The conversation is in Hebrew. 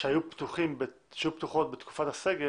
שהיו פתוחות בתקופת הסגר?